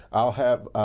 i'll have